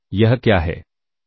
यह क्या है